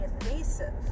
invasive